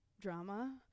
drama